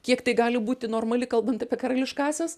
kiek tai gali būti normali kalbant apie karališkąsias